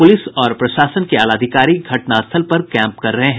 police और प्रशासन के आलाधिकारी घटनास्थल पर कैम्प कर रहे हैं